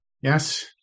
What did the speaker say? Yes